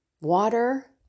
water